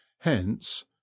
hence